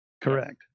correct